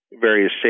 various